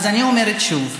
אז אני אומרת שוב: